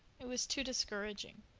it was too discouraging.